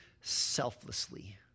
selflessly